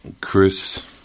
Chris